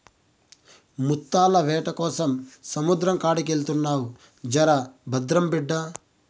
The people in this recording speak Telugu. ముత్తాల వేటకోసం సముద్రం కాడికెళ్తున్నావు జర భద్రం బిడ్డా